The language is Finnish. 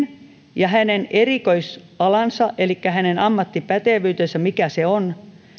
ja hänen erikoisalansa elikkä se mikä hänen ammattipätevyytensä on